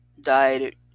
died